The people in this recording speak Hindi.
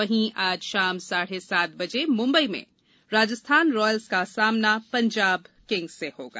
वहीं आज शाम साढ़े सात बजे मुम्बई में राजस्थान रायल का सामना पंजाब किंग्स से होगा